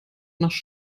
nach